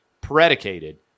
predicated